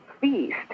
feast